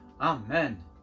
Amen